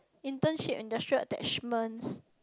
internship industries attachment